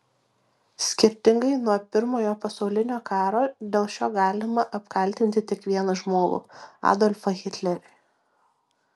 skirtingai nuo pirmojo pasaulinio karo dėl šio galima apkaltinti tik vieną žmogų adolfą hitlerį